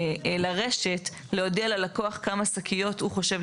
הצרכן לפני המשלוח ולקבל ממנו אישור.